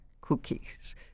cookies